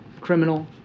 criminal